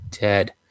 dead